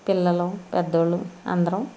పిల్లలు పెద్దోళ్ళు అందరం